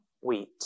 wheat